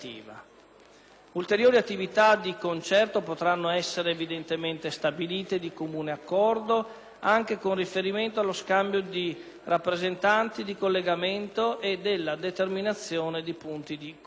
Ulteriori attività di concerto potranno essere inoltre stabilite di comune accordo, anche con riferimento allo scambio di rappresentanti di collegamento e della determinazione di punti di contatto.